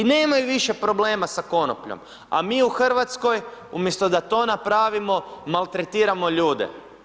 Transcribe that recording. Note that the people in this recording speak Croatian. I nemaju više problema sa konopljom, a mi u Hrvatskoj umjesto da to napravimo, maltretiramo ljude.